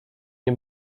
nie